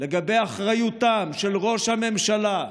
לגבי אחריותו של ראש הממשלה,